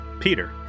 Peter